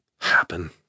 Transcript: Happen